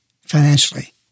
financially